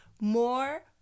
more